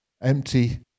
empty